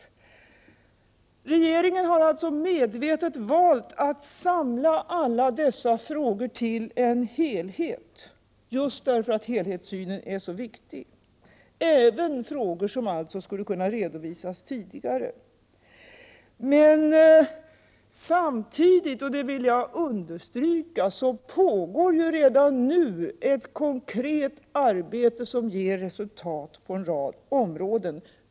Regeringen har alltså medvetet valt att samla alla dessa frågor till en helhet, just därför att helhetssynen är så viktig. Vi tar här alltså även upp frågor som skulle kunnat redovisas tidigare. Men samtidigt pågår — det vill jag understryka — redan nu ett konkret arbete som ger resultat på en rad områden.